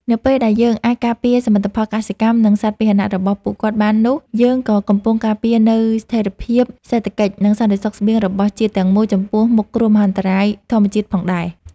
នៅពេលដែលយើងអាចការពារសមិទ្ធផលកសិកម្ម និងសត្វពាហនៈរបស់ពួកគាត់បាននោះយើងក៏កំពុងការពារនូវស្ថិរភាពសេដ្ឋកិច្ច និងសន្តិសុខស្បៀងរបស់ជាតិទាំងមូលចំពោះមុខគ្រោះមហន្តរាយធម្មជាតិផងដែរ។